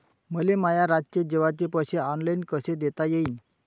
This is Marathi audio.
मले माया रातचे जेवाचे पैसे ऑनलाईन कसे देता येईन?